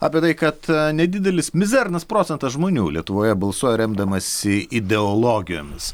apie tai kad nedidelis mizernas procentas žmonių lietuvoje balsuoja remdamasi ideologijomis